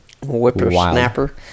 Whippersnapper